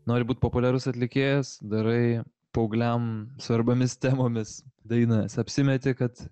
nori būt populiarus atlikėjas darai paaugliam svarbiomis temomis dainas apsimeti kad